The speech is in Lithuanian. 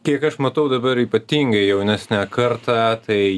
kiek aš matau dabar ypatingai jaunesnę kartą tai